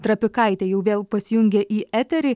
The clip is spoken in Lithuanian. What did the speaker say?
trapikaitė jau vėl pasijungė į eterį